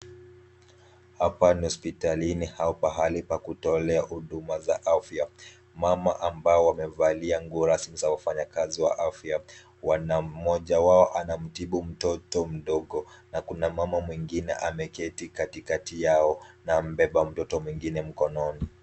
Hapa ni hospitalini au pahali pakutolewa huduma za afya. Mama ambao wamevalia nguo rasmi za wafanyikazi wa afya wanamtibu mtoto mdogo. Na kuna mama mwingine ameketi katikati yao na amebeba mtoto mwingine mkononi.